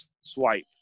swipe